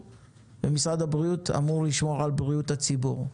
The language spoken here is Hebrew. ומשרד הבריאות אמור לשמור על בריאות הציבור.